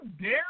dare